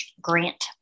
Grant